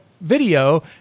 video